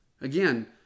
Again